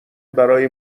برای